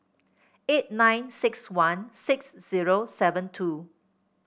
eight nine six one six zero seven two